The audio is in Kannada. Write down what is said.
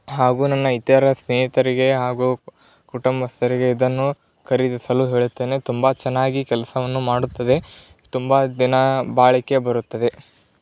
ಹಾಗೂ ನನ್ನ ಇತರ ಸ್ನೇಹಿತರಿಗೆ ಹಾಗೂ ಕುಟುಂಬಸ್ಥರಿಗೆ ಇದನ್ನು ಖರೀದಿಸಲು ಹೇಳ್ತೇನೆ ತುಂಬ ಚೆನ್ನಾಗಿ ಕೆಲಸವನ್ನು ಮಾಡುತ್ತದೆ ತುಂಬ ದಿನ ಬಾಳಿಕೆ ಬರುತ್ತದೆ